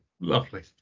lovely